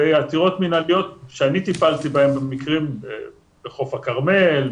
עתירות מנהליות שאני טיפלתי בהן בחוף הכרמל,